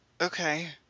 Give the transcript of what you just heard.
Okay